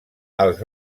els